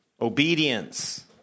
obedience